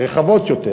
רחבות יותר